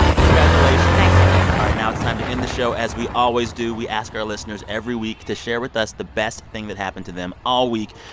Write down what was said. congratulations thank you all right, now it's time to end the show as we always do. we ask our listeners every week to share with us the best thing that happened to them all week.